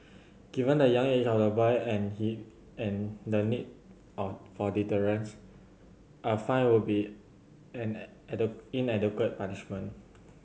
given the young age of the boy and he and the need all for deterrence a fine would be an inadequate punishment